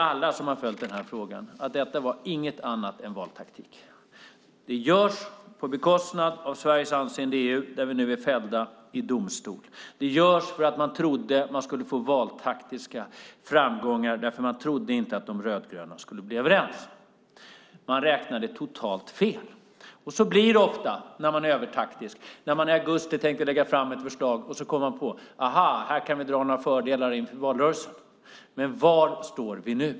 Alla som har följt den här frågan vet att detta var inget annat än valtaktik. Det sker på bekostnad av Sveriges anseende i EU, där vi nu är fällda i domstol. Man trodde att man skulle få valtaktiska framgångar, för man trodde inte att de rödgröna skulle bli överens. Man räknade totalt fel, och så blir det ofta när man är övertaktisk. I augusti tänkte man lägga fram ett förslag, men kom sedan på: Aha, här kan vi dra några fördelar inför valrörelsen. Var står vi nu?